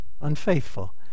unfaithful